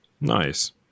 nice